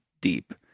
deep